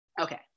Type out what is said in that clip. Okay